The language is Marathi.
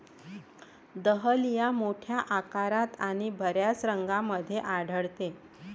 दहलिया मोठ्या आकारात आणि बर्याच रंगांमध्ये आढळते